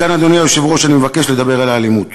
מכאן, אדוני היושב-ראש, אני מבקש לדבר על האלימות.